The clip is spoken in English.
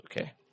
Okay